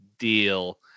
deal